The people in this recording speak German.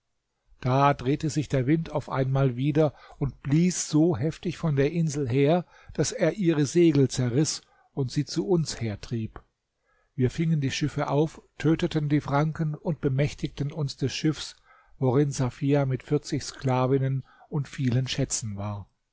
da drehte sich der wind auf einmal wieder und blies so heftig von der insel her daß er ihre segel zerriß und sie zu uns hertrieb wir fingen die schiffe auf töteten die franken und bemächtigten uns des schiffs worin safia mit vierzig sklavinnen und vielen schätzen war